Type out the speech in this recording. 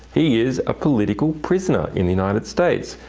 he is a political prisoner in the united states.